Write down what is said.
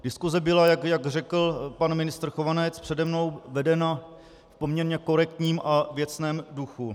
Diskuse byla, jak řekl pan ministr Chovanec přede mnou, vedena v poměrně korektním a věcném duchu.